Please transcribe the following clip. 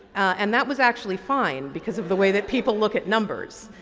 and that was actually fine because of the way that people look at numbers.